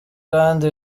kandi